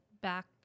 back